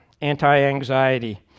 anti-anxiety